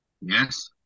Yes